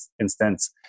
instance